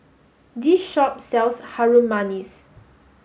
this shop sells Harum Manis